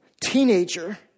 teenager